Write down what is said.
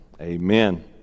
amen